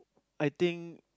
I think